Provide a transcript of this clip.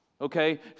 okay